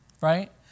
right